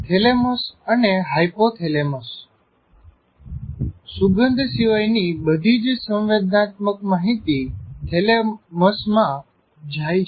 thalamus અને hypothalamus સુગંધ સિવાયની બધી જ સંવેદનાત્મક માહિતી થેલેમસમાં જાઈ છે